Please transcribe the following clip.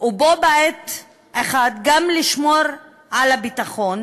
ובה בעת גם לשמור על הביטחון,